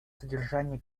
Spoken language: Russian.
содержание